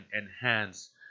enhance